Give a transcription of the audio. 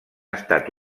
estat